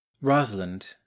Rosalind